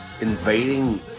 invading